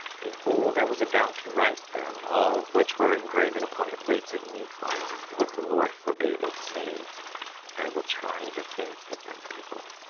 behold, i was about to write them, all which were engraven upon the plates of nephi, but the lord forbade it, saying i will try the faith of my people.